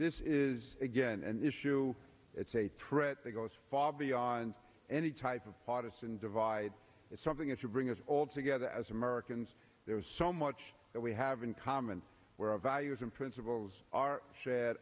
this is again an issue it's a threat that goes far beyond any type of partisan divide it's something that you bring us all together as americans there's so much that we have in common where our values and principles are sched